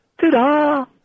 Ta-da